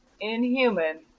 inhuman